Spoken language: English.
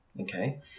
Okay